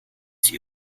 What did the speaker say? sie